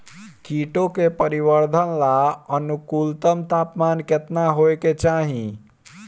कीटो के परिवरर्धन ला अनुकूलतम तापमान केतना होए के चाही?